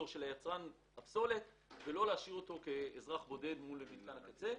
הוא לא יישאר כאזרח בודד מול מתקן הקצה.